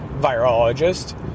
virologist